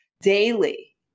daily